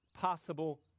possible